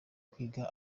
kwiga